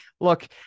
look